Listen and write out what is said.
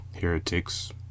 heretics